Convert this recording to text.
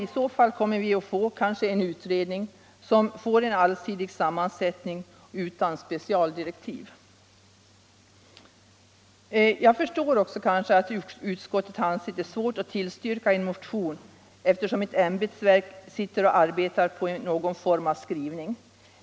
I så fall kommer vi kanske att få en utredning med en allsidig sammansättning och utan specialdirektiv. Jag förstår att utskottet har ansett det svårt att tillstyrka en motion när ett ämbetsverk arbetar på någon form av skrivning.